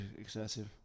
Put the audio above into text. excessive